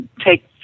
take